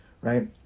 right